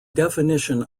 definition